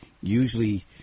Usually